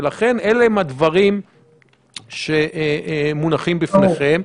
ולכן אלה הם הדברים שמונחים בפניכם.